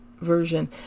version